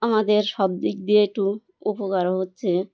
আমাদের সব দিক দিয়ে একটু উপকার হচ্ছে